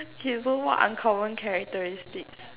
okay so what uncommon characteristics